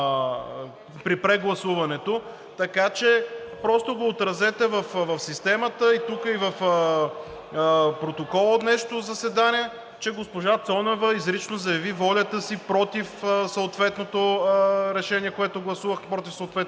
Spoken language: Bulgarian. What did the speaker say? при прегласуването, така че просто го отразете в системата и в протокола от днешното заседание, че госпожа Цонева изрично заяви волята си против съответното решение, което гласувахме, против съответния текст.